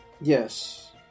Yes